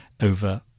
over